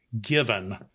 given